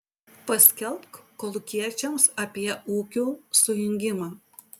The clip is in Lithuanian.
paskelbk kolūkiečiams apie ūkių sujungimą